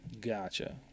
gotcha